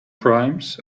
primes